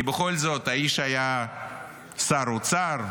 כי בכל זאת, האיש היה שר אוצר,